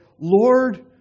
Lord